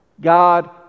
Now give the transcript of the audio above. God